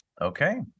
Okay